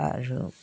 আৰু